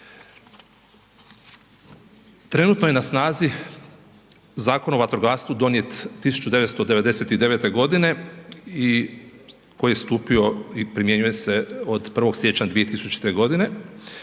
Trenutno je na snazi Zakon o vatrogastvu donijet 1999. godine i koji je stupio i primjenjuje se od 1. siječnja 2000. godine.